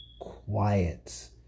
quiet